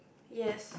yes